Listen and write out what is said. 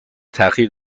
تاخیر